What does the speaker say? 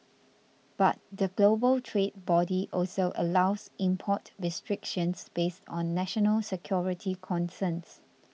but the global trade body also allows import restrictions based on national security concerns